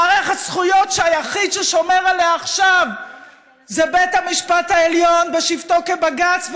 מערכת זכויות שהיחיד ששומר עליה עכשיו זה בית המשפט העליון בשבתו כבג"ץ,